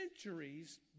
centuries